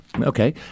Okay